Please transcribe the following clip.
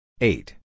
Eight